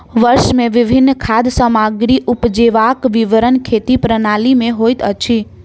वर्ष मे विभिन्न खाद्य सामग्री उपजेबाक विवरण खेती प्रणाली में होइत अछि